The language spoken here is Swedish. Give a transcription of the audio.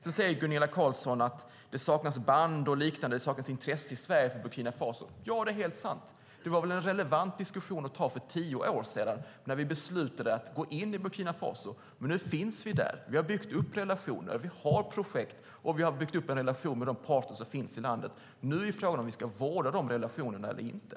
Sedan säger Gunilla Carlsson att det saknas band och liknande. Det saknas intresse i Sverige för Burkina Faso. Ja, det är helt sant. Det var väl en relevant diskussion att ta för tio år sedan när vi beslutade att gå in i Burkina Faso. Men nu finns vi där. Vi har byggt upp relationer. Vi har projekt, och vi har byggt upp en relation med de parter som finns i landet. Nu är frågan om vi ska vårda de relationerna eller inte.